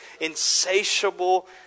insatiable